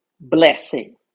blessing